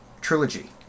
trilogy